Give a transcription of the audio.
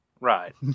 Right